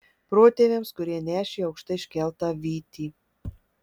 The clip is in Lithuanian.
protėviams kurie nešė aukštai iškeltą vytį